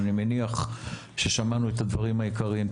אבל אני מניח ששמענו את הדברים העיקריים.